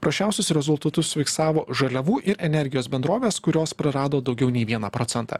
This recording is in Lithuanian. prasčiausius rezultatus fiksavo žaliavų ir energijos bendrovės kurios prarado daugiau nei vieną procentą